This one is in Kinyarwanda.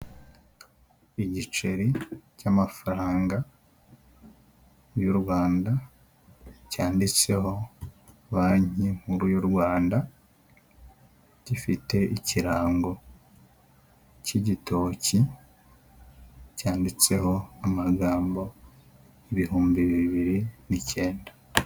Igiceri cy'amafaranga y'u Rwanda cyanditseho banki nkuru y'uRwanda, gifite ikirango cy'igitoki cyanditseho amagambo ibihumbi bibiri n'icyenda.